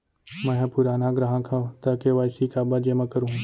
मैं ह पुराना ग्राहक हव त के.वाई.सी काबर जेमा करहुं?